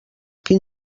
quin